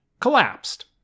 collapsed